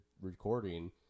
recording